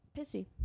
pissy